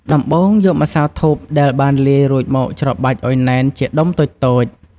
ដំបូងយកម្សៅធូបដែលបានលាយរួចមកច្របាច់ឱ្យណែនជាដុំតូចៗ។